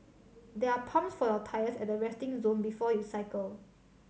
there are pumps for your tyres at the resting zone before you cycle